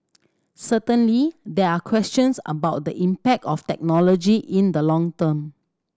certainly there are questions about the impact of technology in the long term